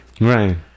Right